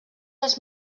els